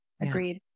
Agreed